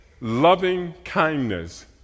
loving-kindness